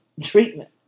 treatment